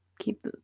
Keep